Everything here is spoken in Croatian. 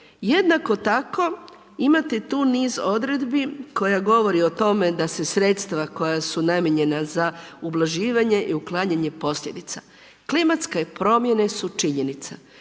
Jednako tako imate tu niz odredbi koje govore o tome da se sredstva koja su namijenjena za ublažavanje i uklanjanje posljedica. Klimatske promjene su činjenica.